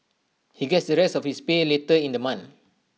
he gets the rest of his pay later in the month